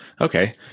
Okay